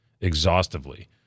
exhaustively